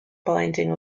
binding